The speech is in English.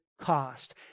cost